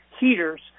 heaters